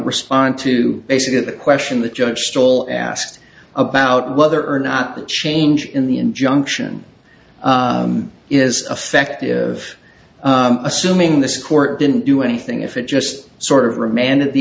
respond to basically the question the judge stall asked about whether or not the change in the injunction is effective assuming this court didn't do anything if it just sort of remanded the